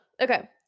Okay